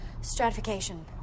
Stratification